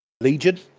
Legion